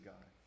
God